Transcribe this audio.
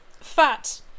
fat